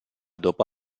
dopo